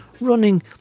running